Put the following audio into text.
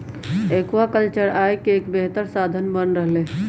aquaculture आय के एक बेहतर साधन बन रहले है